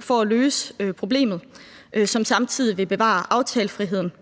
for at løse problemet, som samtidig vil bevare aftalefriheden,